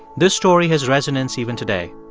this story has resonance even today.